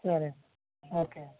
సరే ఒకే అండి